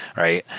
right?